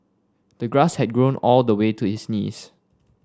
the grass had grown all the way to his knees